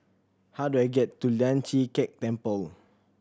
how do I get to Lian Chee Kek Temple